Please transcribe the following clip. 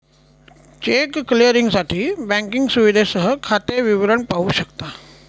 check क्लिअरिंगसाठी banking सुविधेसह खाते विवरण पाहू शकता